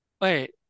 wait